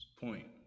point